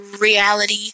reality